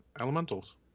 elementals